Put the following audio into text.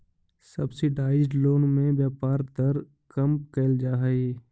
subsidised loan में ब्याज दर कम कैल जा हइ